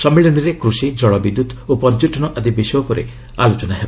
ସମ୍ମିଳନୀରେ କୃଷି ଜଳବିଦ୍ୟୁତ୍ ଓ ପର୍ଯ୍ୟଟନ ଆଦି ବିଷୟ ଉପରେ ଆଲୋଚନା ହେବ